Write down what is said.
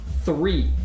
three